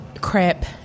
crap